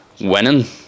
winning